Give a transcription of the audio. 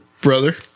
brother